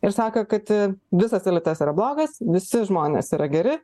ir sako kad visas elitas yra blogas visi žmonės yra geri